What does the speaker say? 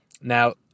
Now